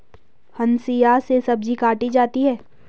हंसिआ से सब्जी काटी जाती है